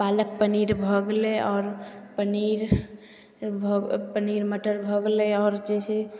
पालक पनीर भऽ गेलै आओर पनीर भऽ पनीर मटर भऽ गेलै आओर जे छै